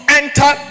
enter